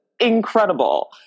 incredible